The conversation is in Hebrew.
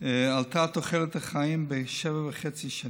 עלתה תוחלת החיים בכשבע שנים וחצי.